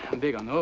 i'm big on, whoa!